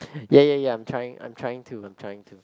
ya ya ya I'm trying I'm trying to I'm trying to